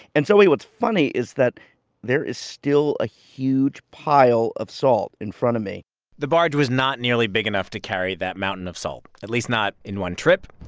and, zoe, what's funny is that there is still a huge pile of salt in front of me the barge was not nearly big enough to carry that mountain of salt, at least not in one trip,